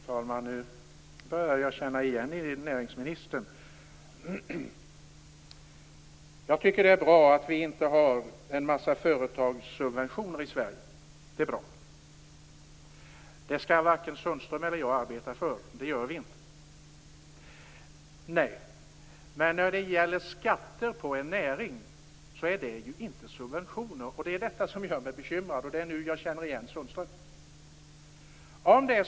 Fru talman! Nu börjar jag känna igen näringsministern. Jag tycker att det är bra att vi inte har en massa företagssubventioner i Sverige. Det skall varken Sundström eller jag arbeta för, och det gör vi inte heller. Men skatter på en näring är ju inte subventioner. Det är detta som gör mig bekymrad, och det är nu jag känner igen Sundström.